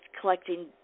collecting